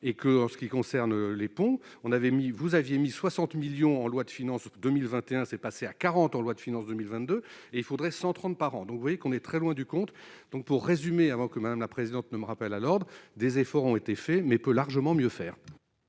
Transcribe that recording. et que, en ce qui concerne les ponts, on avait mis, vous aviez mis 60 millions en loi de finances 2021, c'est passé à 40 en loi de finances 2022, et il faudrait 130 par an, donc voyez qu'on est très loin du compte, donc, pour résumer, avant que Madame la Présidente, ne me rappelle à l'ordre et des efforts ont été faits mais peut largement mieux faire.